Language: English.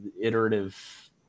iterative